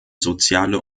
soziale